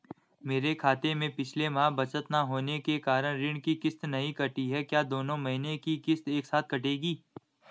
मेरे खाते में पिछले माह बचत न होने के कारण ऋण की किश्त नहीं कटी है क्या दोनों महीने की किश्त एक साथ कटेगी?